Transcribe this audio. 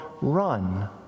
run